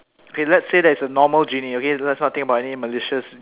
okay let say that it's a normal genie okay let's not think about any malicious